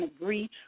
agree